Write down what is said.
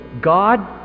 God